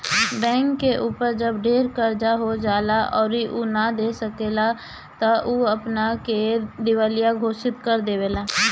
bank के ऊपर जब ढेर कर्जा हो जाएला अउरी उ ना दे पाएला त उ अपना के दिवालिया घोषित कर देवेला